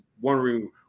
wondering